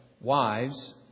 wives